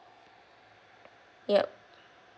yup